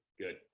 Good